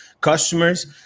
customers